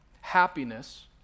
happiness